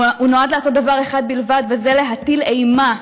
הוא נועד לעשות דבר אחד בלבד, וזה להטיל אימה,